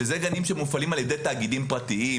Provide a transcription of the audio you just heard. שאלה גנים שמופעלים על ידי תאגידים פרטיים.